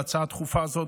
להצעה הדחופה הזאת.